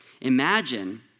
Imagine